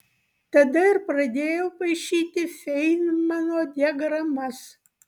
tada ir pradėjau paišyti feinmano diagramas